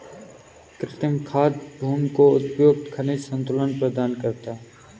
कृमि खाद भूमि को उपयुक्त खनिज संतुलन प्रदान करता है